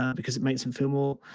because it makes them feel more